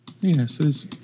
Yes